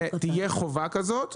תהיה חובה כזאת,